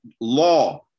law